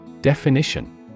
Definition